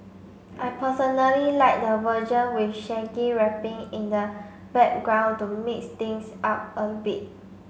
I personally like the version with Shaggy rapping in the background to mix things up a bit